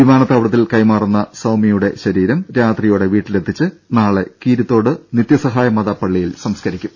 വിമാനത്താവളത്തിൽ കൈമാറുന്ന സൌമ്യയുടെ ശരീരം രാത്രിയോടെ വീട്ടിലെത്തിച്ച് നാളെ കീരിത്തോട് നിത്യസഹായ മാതാ പള്ളിയിൽ സംസ്ക്കരിക്കും